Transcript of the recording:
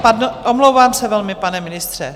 Pardon, omlouvám se velmi, pane ministře.